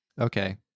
okay